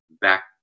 back